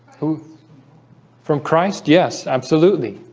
who from christ? yes, absolutely